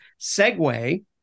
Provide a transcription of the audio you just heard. segue